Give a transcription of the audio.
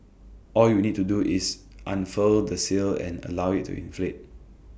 all you need to do is unfurl the sail and allow IT to inflate